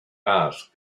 asked